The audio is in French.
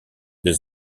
des